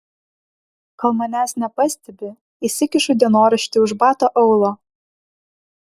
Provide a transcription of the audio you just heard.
kol manęs nepastebi įsikišu dienoraštį už bato aulo